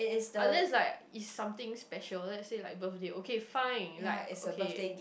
unless like it's something special let's say like birthday okay fine like okay